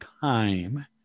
time